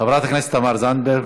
חברת הכנסת תמר זנדברג,